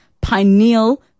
pineal